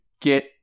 get